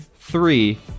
three